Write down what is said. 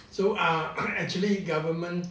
so err actually government